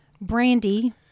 Brandy